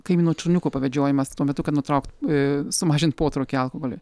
kaimyno šuniuko pavedžiojimas tuo metu kai nutraukt sumažint potraukį alkoholiui